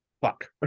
Fuck